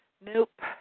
nope